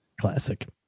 Classic